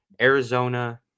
Arizona